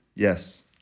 Yes